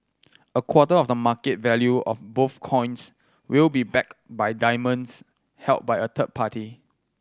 a quarter of the market value of both coins will be backed by diamonds held by a third party